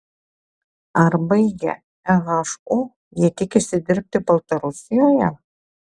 ar baigę ehu jie tikisi dirbti baltarusijoje